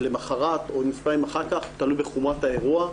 ולמוחרת או מספר ימים אחר כך, תלוי בחומרת האירוע,